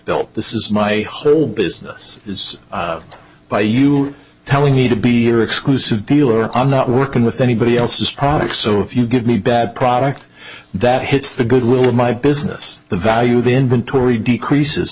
built this is my whole business is by you telling me to be here exclusive deal or i'm not working with anybody else's products so if you give me bad product that hits the goodwill of my business the value of inventory decreases